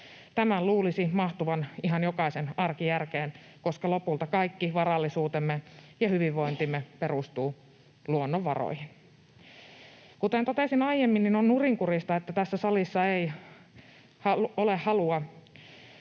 Tämän luulisi mahtuvan ihan jokaisen arkijärkeen, koska lopulta kaikki varallisuutemme ja hyvinvointimme perustuu luonnonvaroihin. Kuten totesin aiemmin, on nurinkurista, että tässä salissa ei ole halua